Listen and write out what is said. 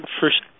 first